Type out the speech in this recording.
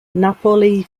napoli